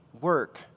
work